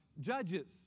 Judges